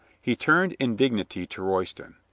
he turned in dignity to royston.